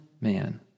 man